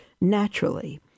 naturally